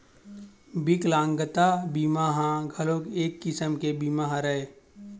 बिकलांगता बीमा ह घलोक एक किसम के बीमा हरय